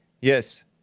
Yes